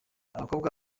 abakobwa